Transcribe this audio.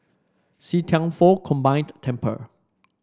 See Thian Foh Combined Temple